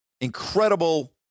incredible